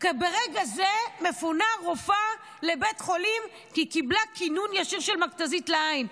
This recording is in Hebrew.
ברגע זה מפונה רופאה לבית חולים כי היא קבלה כינון ישיר של מכתזית לעין.